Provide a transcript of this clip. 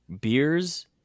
beers